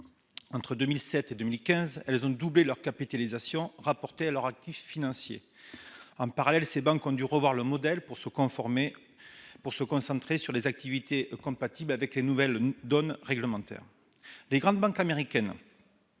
Entre 2007 et 2015, elles ont doublé leur capitalisation rapportée à leurs actifs financiers. En parallèle, ces banques ont dû revoir leurs modèles pour se concentrer sur des activités compatibles avec la nouvelle donne réglementaire. Les grandes banques américaines